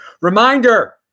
Reminder